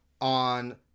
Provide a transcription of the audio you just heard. on